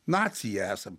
nacija esam